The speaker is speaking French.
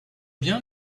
bien